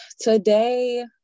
Today